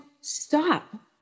stop